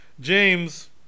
James